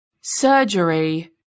Surgery